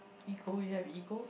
ego you have ego